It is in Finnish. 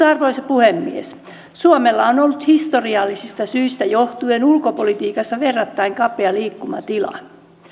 arvoisa puhemies suomella on ollut historiallisista syistä johtuen ulkopolitiikassa verrattain kapea liikkumatila